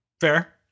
Fair